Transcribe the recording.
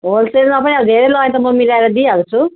होलसेलमा पनि धेरै लानेलाई त म मिलाएर दिइहाल्छु